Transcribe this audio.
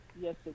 yes